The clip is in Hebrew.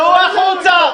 צאו החוצה.